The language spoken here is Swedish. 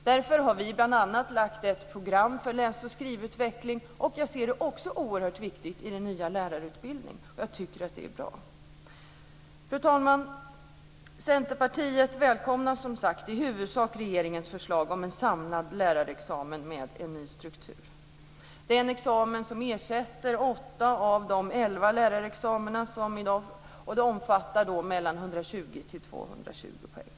Därför har vi bl.a. lagt fram ett program för läs och skrivutveckling. Det är också oerhört viktigt i den nya lärarutbildningen. Det är bra. Fru talman! Centerpartiet välkomnar i huvudsak regeringens förslag om en samlad lärarexamen med en ny struktur. Det är en examen som ersätter åtta av de elva lärarexamina som vi har i dag. Den omfattar 120-220 poäng.